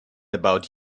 about